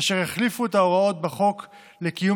אשר יחליפו את ההוראות בחוק לקיום